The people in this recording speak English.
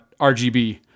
RGB